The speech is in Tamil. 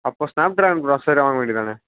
அப்போ ஸ்னாப்ட்ராகன் ப்ராசஸரே வாங்க வேண்டிதானே